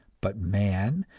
but man,